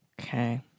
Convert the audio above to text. Okay